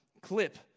clip